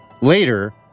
Later